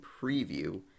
preview